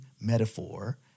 metaphor